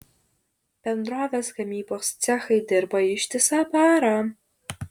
bendrovės gamybos cechai dirba ištisą parą